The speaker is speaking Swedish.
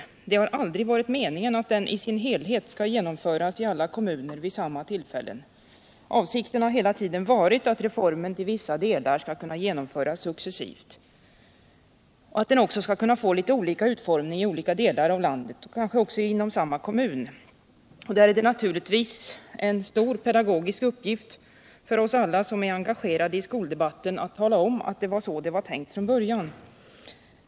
Det har aldrig varit meningen att den i sin helhet skall genomföras i alla kommuner vid samma tillfälle. Avsikten har hela tiden varit att reformen till vissa delar skall kunna genomföras successivt och att den också skall kunna få litet olika utformning i olika delar av landet och kanske också inom samma kommun. Här är det naturligtvis en stor pedagogisk uppgift för oss alla som är engagerade i skoldebatten att tala om att det var så det var tänkt från början.